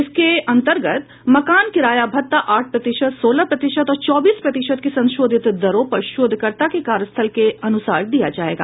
इसके अंतर्गत मकान किराया भत्ता आठ प्रतिशत सोलह प्रतिशत और चौबीस प्रतिशत की संशोधित दरों पर शोधकर्ता के कार्यस्थल के अनुसार दिया जायेगा